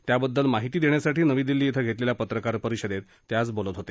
त्याबद्दल माहिती देण्यासाठी नवी दिल्ली इथं घेतलेल्या पत्रकार परिषदेत ते आज बोलत होते